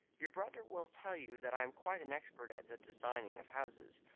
your brother will tell you that i am quite an expert at the designing of houses.